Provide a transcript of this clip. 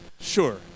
Sure